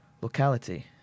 locality